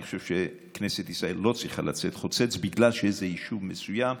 ואני חושב שכנסת ישראל לא צריכה לצאת חוצץ בגלל איזה יישוב מסוים.